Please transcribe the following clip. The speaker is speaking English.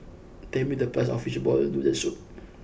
tell me the price of Fishball Noodle Soup